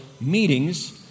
meetings